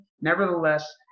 Nevertheless